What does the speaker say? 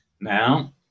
Now